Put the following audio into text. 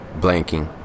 blanking